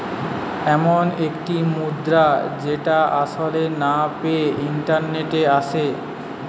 এমন একটি মুদ্রা যেটা আসলে না পেয়ে ইন্টারনেটে আসে